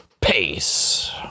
Peace